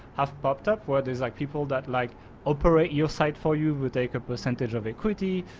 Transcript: have popped up where there's like people that like operate your site for you will take a percentage of equity,